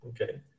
Okay